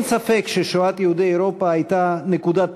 אין ספק ששואת יהודי אירופה הייתה נקודת